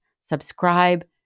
subscribe